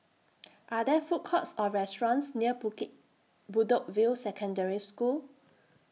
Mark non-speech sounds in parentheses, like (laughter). Are There Food Courts Or restaurants near (unintelligible) Bedok View Secondary School